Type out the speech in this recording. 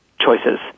choices